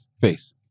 face